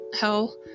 hell